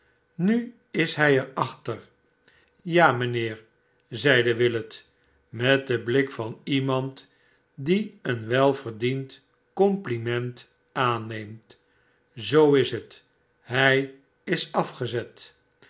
nu is hij er achter ja mijnheer zeide willet met den blik van iemand die een welverdiend compliment aanneemtr zoo is het hij is afgezet